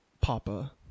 Papa